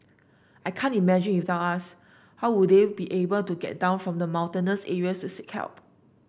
I can't imagine without us how they would be able to get down from the mountainous areas to seek help